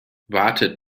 wartet